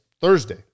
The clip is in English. thursday